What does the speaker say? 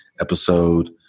episode